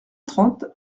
trente